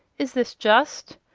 is this just?